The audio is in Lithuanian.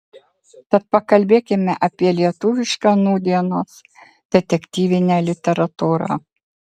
tad pakalbėkime apie lietuvišką nūdienos detektyvinę literatūrą